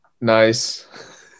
Nice